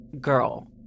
girl